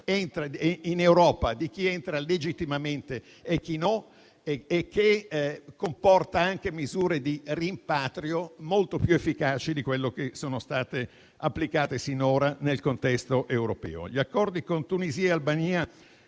in Italia, di chi entra legittimamente in Europa e di chi no e che comporta anche misure di rimpatrio molto più efficaci di quelle che sono state applicate sinora nel contesto europeo. Gli accordi con Tunisia e Albania